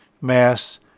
Mass